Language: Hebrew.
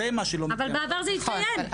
אבל בעבר זה התקיים.